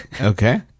okay